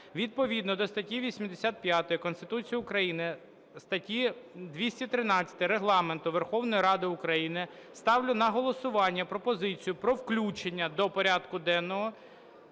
Відповідно до статті 85 Конституції України, статті 213 Регламенту Верховної Ради України ставлю на голосування пропозицію про включення до порядку денного